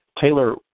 Taylor